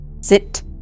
Sit